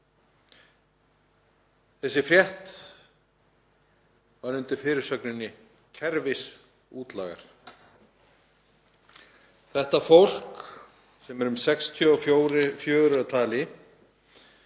Þessi frétt var undir fyrirsögninni „Kerfisútlagar“. Þetta fólk, sem er um 64 að